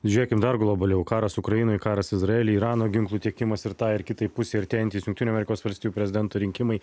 žiūrėkim dar globaliau karas ukrainoj karas izraely irano ginklų tiekimas ir tai ir kitai pusei artėjantys jungtinių amerikos valstijų prezidento rinkimai